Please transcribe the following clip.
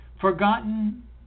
Forgotten